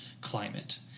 climate